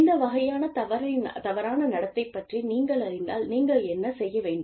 இந்த வகையான தவறான நடத்தை பற்றி நீங்கள் அறிந்தால் நீங்கள் என்ன செய்ய வேண்டும்